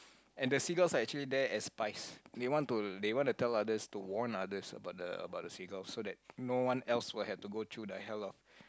and the seagulls are actually there as spies they want to they wanna tell others to warn others about the about the seagulls so that no one else will have to go through the hell of